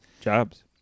jobs